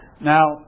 Now